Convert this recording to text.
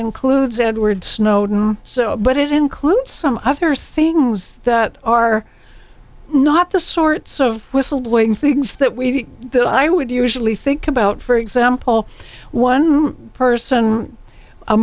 includes edward snowden so but it includes some other things that are not the sorts of whistleblowing things that we did that i would usually think about for example one person a